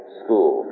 school